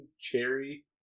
Cherry